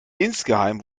insgeheim